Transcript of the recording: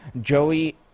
Joey